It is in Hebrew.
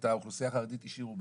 את האוכלוסייה החרדית השאירו בחוץ.